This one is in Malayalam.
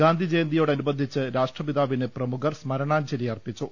ഗാന്ധിജയന്തിയോടനുബന്ധിച്ച് രാഷ്ട്രപിതാവിന് പ്രമുഖർ സ്മരണാഞ്ജലി അർപ്പിച്ചു